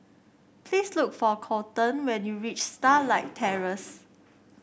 please look for Kolton when you reach Starlight Terrace